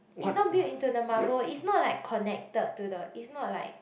it's not built into the marble it's not like connected to the it's not like